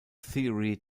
theory